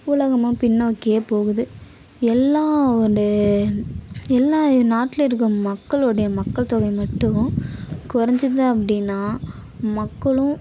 உலகமும் பின்னோக்கியே போகுது எல்லாம் எல்லா நாட்டில் இருக்க மக்களுடைய மக்கள் தொகை மட்டும் கொறைஞ்சிது அப்படின்னா மக்களும்